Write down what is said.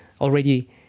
already